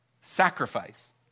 sacrifice